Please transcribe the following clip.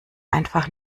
einfach